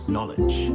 Knowledge